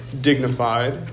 dignified